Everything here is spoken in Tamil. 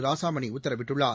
ராசாமணி உத்தரவிட்டுள்ளார்